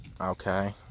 Okay